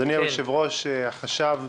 אדוני היושב-ראש, החשב,